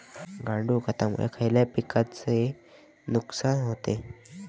गांडूळ खतामुळे खयल्या पिकांचे नुकसान होते?